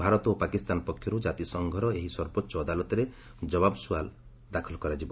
ଭାରତ ଓ ପାକିସ୍ତାନ ପକ୍ଷରୁ ଜାତିସଂଘର ଏହି ସର୍ବୋଚ୍ଚ ଅଦାଲତରେ ଜବାବ୍ ସୁଆଲ୍ ଦାଖଲ କରାଯିବ